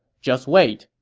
just wait.